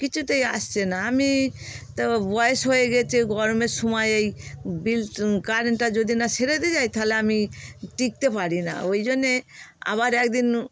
কিছুতেই আসছে না আমি তো বয়েস হয়ে গেছে গরমের সময়ে এই বিল কারেন্টটা যদি না সেরে দেয় যায় তাহলে আমি টিকতে পারি না ওই জন্যে আবার একদিন